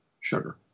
sugar